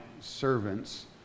servants